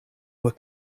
were